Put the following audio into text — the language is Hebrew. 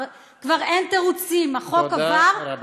כבר אין תירוצים, החוק עבר, תודה רבה.